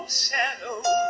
shadow